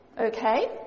Okay